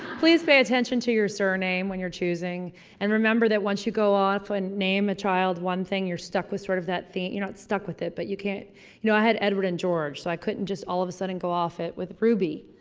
please pay attention to your surname when you're choosing and remember that once you go off and name a child one thing, your stuck with sort of that theme, your not stuck with it but you can't you know, i had edward and george so i couldn't just all of sudden go off it with ruby.